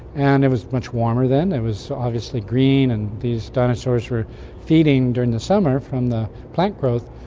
and it was much warmer then. it was obviously green and these dinosaurs were feeding during the summer from the plant growth.